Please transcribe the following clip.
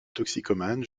toxicomane